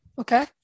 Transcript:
Okay